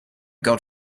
god